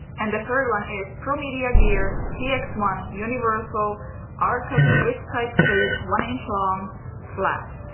and the third one is pro media gear p x one universal arca-swiss type plate one inch long flat.